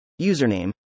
username